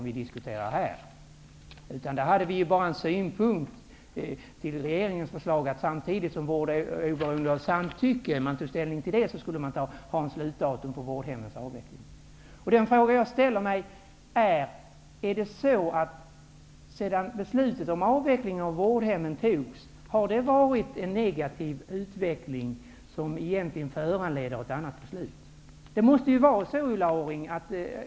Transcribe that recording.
Vi hade bara en synpunkt med anledning av regeringens förslag. Vi ansåg att samtidigt som man tar ställning till vård oberoende av samtycke borde man komma överens om ett slutdatum för vårdhemmens avveckling. Den fråga jag ställer mig är om utvecklingen, sedan man fattade beslut om avveckling av vårdhemmen, har varit negativ och därför föranleder ett annat beslut.